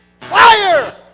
fire